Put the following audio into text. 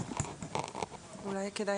רגיש, אז אני כבר אומרת מראש.